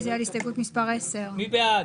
רוויזיה על הסתייגות מס' 46. מי בעד,